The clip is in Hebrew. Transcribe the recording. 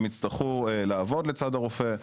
הם יצטרכו לעבוד לצד הרופא.